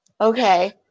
Okay